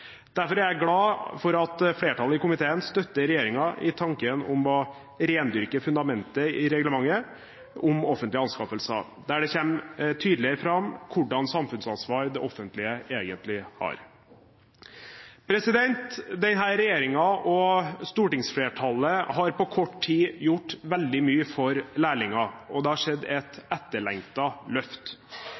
Derfor er jeg glad for at flertallet i komiteen støtter regjeringen i tanken om å rendyrke fundamentet i reglementet om offentlige anskaffelser, der det kommer tydeligere fram hvilket samfunnsansvar det offentlige egentlig har. Denne regjeringen og stortingsflertallet har på kort tid gjort veldig mye for lærlinger, og det har skjedd et etterlengtet løft.